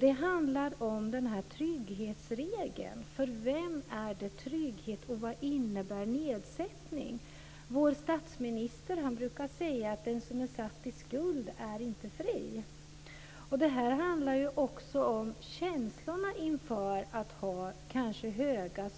Den gäller trygghetsregeln. För vem är det trygghet, och vad innebär nedsättning? Vår statsminister brukar säga att den som är satt i skuld är inte fri. Detta handlar också om känslorna inför att ha höga